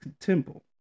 temple